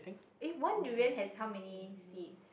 eh one durian has how many seeds